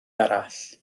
arall